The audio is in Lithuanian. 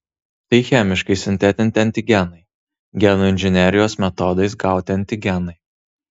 tai chemiškai sintetinti antigenai genų inžinerijos metodais gauti antigenai